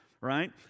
Right